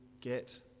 get